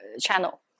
channel